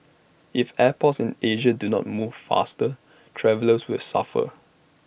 if airports in Asia do not move faster travellers will suffer